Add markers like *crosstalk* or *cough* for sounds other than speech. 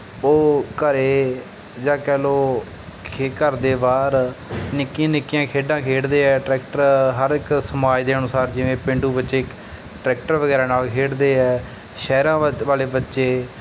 ਉਹ ਘਰ ਜਾਂ ਕਹਿ ਲਓ ਕਿ ਘਰ ਦੇ ਬਾਹਰ ਨਿੱਕੀਆਂ ਨਿੱਕੀਆਂ ਖੇਡਾਂ ਖੇਡਦੇ ਆ ਟਰੈਕਟਰ ਹਰ ਇੱਕ ਸਮਾਜ ਦੇ ਅਨੁਸਾਰ ਜਿਵੇਂ ਪੇਂਡੂ ਬੱਚੇ ਇੱਕ ਟਰੈਕਟਰ ਵਗੈਰਾ ਨਾਲ ਖੇਡਦੇ ਹੈ ਸ਼ਹਿਰਾਂ *unintelligible* ਵਾਲੇ ਬੱਚੇ